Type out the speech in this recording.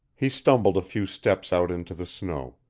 he stumbled a few steps out into the snow,